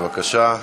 בבקשה.